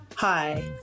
Hi